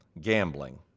Gambling